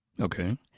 Okay